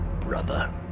brother